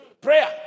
Prayer